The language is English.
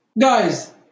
Guys